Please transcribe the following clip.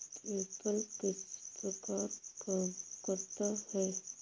PayPal किस प्रकार काम करता है?